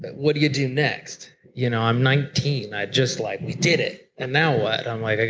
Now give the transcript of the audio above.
but what do you do next? you know, i'm nineteen, i just like did it. and now what? i'm like like,